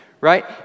Right